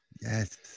yes